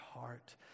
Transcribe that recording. heart